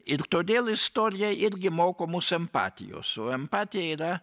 ir todėl istorija irgi moko mus empatijos o empatija yra